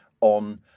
on